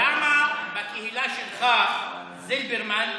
למה בקהילה שלך, זילברמן,